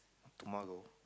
tomorrow